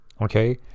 Okay